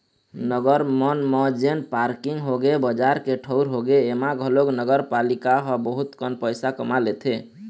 नगर मन म जेन पारकिंग होगे, बजार के ठऊर होगे, ऐमा घलोक नगरपालिका ह बहुत कन पइसा कमा लेथे